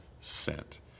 sent